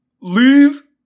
Leave